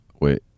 Wait